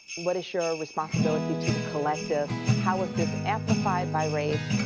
what is your responsibility to the collective? how is this amplified by race?